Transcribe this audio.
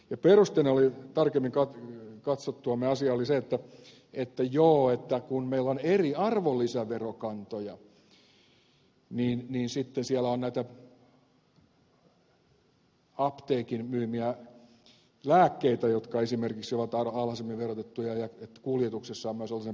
ja perusteena tarkemmin katsottuamme asiaa oli se että meillä on eri arvonlisäverokantoja ja sitten siellä on näitä apteekin myymiä lääkkeitä jotka esimerkiksi ovat alhaisemmin verotettuja ja että kuljetuksissa on myös alhaisempi verokanta